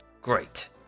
Great